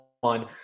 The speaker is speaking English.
one